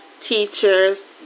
Teachers